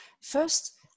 first